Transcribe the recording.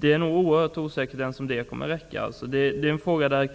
Det är oerhört osäkert om ens sådant bevismaterial kommer att räcka. Det här är en fråga där